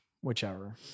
whichever